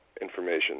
information